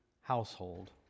household